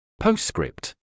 Postscript